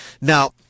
Now